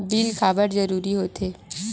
Bill काबर जरूरी होथे?